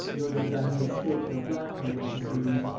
in order that i may escape your blackmailing proceedings.